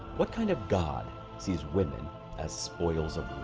what kind of god sees women as spoils of?